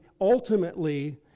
ultimately